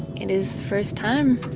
it is first time.